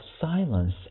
silence